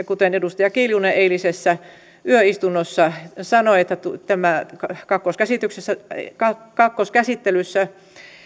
kuten edustaja kiljunen eilisessä yöistunnossa sanoi että kakkoskäsittelyssä kakkoskäsittelyssä